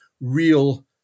real